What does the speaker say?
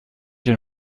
den